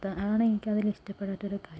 അതാണ് എനിക്കതില് ഇഷ്ടപ്പെടാത്ത ഒരു കാര്യം